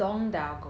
ah